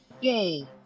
Yay